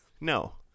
no